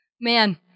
man